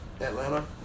Atlanta